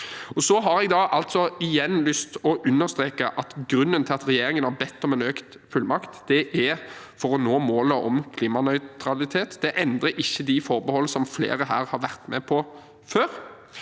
Jeg har igjen lyst til å understreke at grunnen til at regjeringen har bedt om en økt fullmakt, er å nå målet om klimanøytralitet. Det endrer ikke de forbehold som flere her har vært med på før.